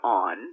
on